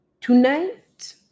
Tonight